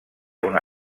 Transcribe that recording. una